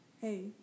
Hey